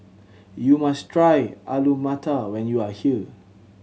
you must try Alu Matar when you are here